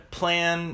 plan